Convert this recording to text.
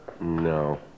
No